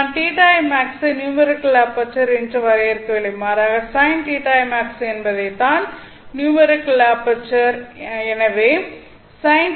நாம் θimax ஐ numerical aperture என்று வரையறுக்கவில்லை மாறாக sin θimax என்பது தான் நியூமெரிக்கல் அபெர்ச்சர்